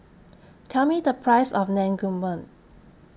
Tell Me The Price of Naengmyeon